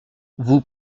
vous